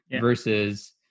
versus